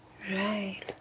Right